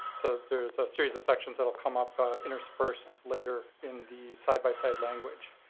so there's a series of sections that will come up interspersed later in the side-by-side language.